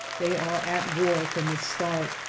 they are at war from the start.